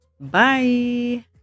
Bye